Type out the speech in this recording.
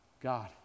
God